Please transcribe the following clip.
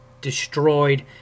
destroyed